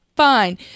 Fine